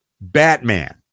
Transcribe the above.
Batman